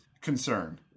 concern